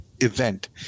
event